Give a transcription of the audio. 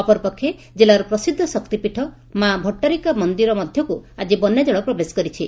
ଅପରପକ୍ଷେ ଜିଲ୍ଲାର ପ୍ରସିଦ୍ଧ ଶକ୍ତିପୀଠ ମା' ଭଟ୍ଟାରିକା ମନ୍ଦିର ମଧ୍ଧକୁ ଆଜି ବନ୍ୟାଜଳ ପ୍ରବେଶ କରିଛି